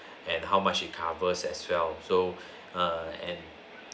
and how much it covers as well so err and